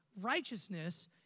righteousness